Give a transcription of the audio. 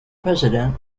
president